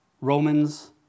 Romans